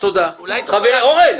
אולי נמצא פתרון --- אורן,